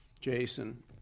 Jason